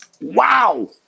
wow